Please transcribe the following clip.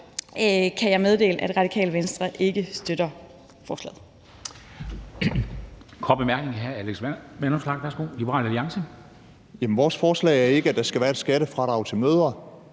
kan jeg meddele, at Radikale Venstre ikke støtter forslaget.